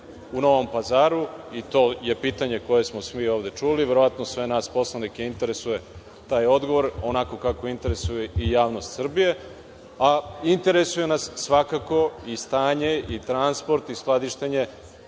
u Novom Pazaru. To je pitanje koje smo svi ovde čuli. Verovatno sve nas, poslanike, interesuje taj odgovor onako kako interesuje i javnost Srbije, a interesuje nas svakako i stanje i transport i skladištenje